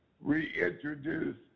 reintroduce